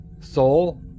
Soul